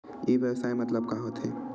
ई व्यवसाय मतलब का होथे?